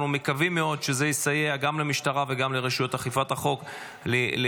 אנחנו מקווים מאוד שזה יסייע גם למשטרה וגם לרשויות אכיפת החוק להילחם.